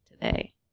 today